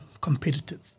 competitive